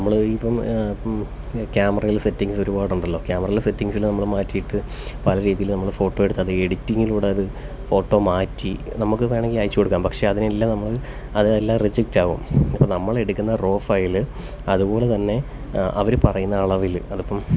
നമ്മൾ ഇപ്പം ക്യാമറയില് സെറ്റിംഗ്സ് ഒരുപാട് ഉണ്ടല്ലോ ക്യാമറയിലെ സെറ്റിംഗ്സ് എല്ലാം നമ്മൾ മാറ്റിയിട്ട് പല രീതിയിൽ നമ്മൾ ഫോട്ടോ എടുത്ത് അത് എഡിറ്റിങ്ങിലൂടെ അത് ഫോട്ടോ മാറ്റി നമുക്ക് വേണമെങ്കിൽ അയച്ചു കൊടുക്കാം പക്ഷെ അതിനെയെല്ലാം നമ്മൾ അതെല്ലാം റിജക്റ്റ് ആകും നമ്മൾ എടുക്കുന്ന റോ ഫയല് അതുപോലെ തന്നെ അവർ പറയുന്ന അളവിൽ അതിപ്പം